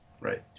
Right